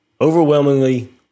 Overwhelmingly